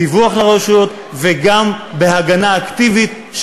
בדיווח לרשויות וגם בהגנה אקטיבית,